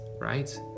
right